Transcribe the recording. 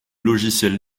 logiciels